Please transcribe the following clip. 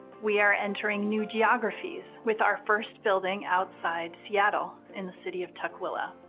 we are entering new geographies with our first building outside seattle in the city of tukwila.